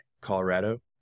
Colorado